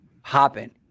Hopping